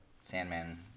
Sandman